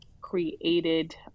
created